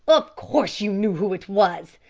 of course you knew who it was!